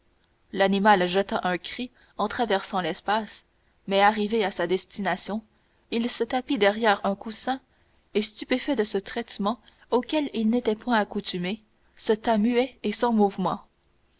l'animal jeta un cri en traversant l'espace mais arrivé à sa destination il se tapit derrière un coussin et stupéfait de ce traitement auquel il n'était point accoutumé il se tint muet et sans mouvement